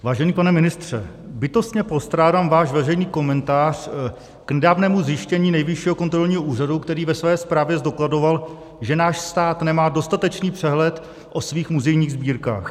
Vážený pane ministře, bytostně postrádám váš veřejný komentář k nedávnému zjištění Nejvyššího kontrolního úřadu, který ve své zprávě zdokladoval, že náš stát nemá dostatečný přehled o svých muzejních sbírkách.